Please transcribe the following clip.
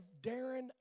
Darren